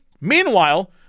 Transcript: Meanwhile